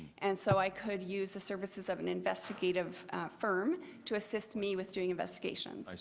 and so i could use the services of an investigative firm to assist me with doing investigations. like